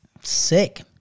Sick